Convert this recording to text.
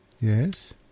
Yes